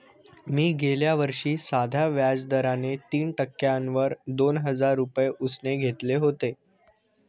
मी गेल्या वर्षी साध्या व्याज दराने तीन टक्क्यांवर दोन हजार रुपये उसने घेतले होते